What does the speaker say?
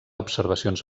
observacions